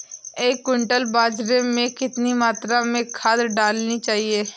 एक क्विंटल बाजरे में कितनी मात्रा में खाद डालनी चाहिए?